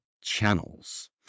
channels